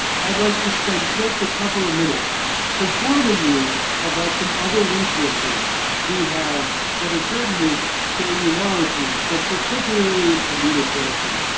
i'd like to spend just a couple of minutes informing you about some other resources we have that are pertinent to immunology, but particularly to ah immunotherapy,